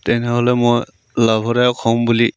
তেনেহ'লে মই লাভদায়ক হ'ম বুলি